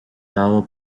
dado